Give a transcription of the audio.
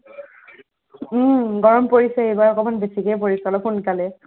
গৰম পৰিছে এইবাৰ অকণমান বেছিকৈ পৰিছে অলপ সোনকালে